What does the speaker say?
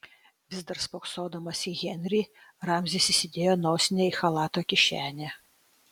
vis dar spoksodamas į henrį ramzis įsidėjo nosinę į chalato kišenę